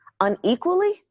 unequally